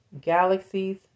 galaxies